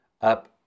up